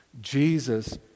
Jesus